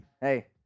Hey